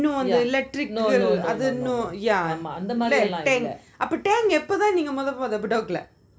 you know the electric grill அது இன்னும்:athu inum tank அப்போ தான் நீங்க மோதலை:apo thaan nenga mothala bedok